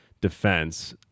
defense